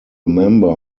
member